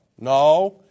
no